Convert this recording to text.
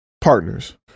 partners